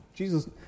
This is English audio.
Jesus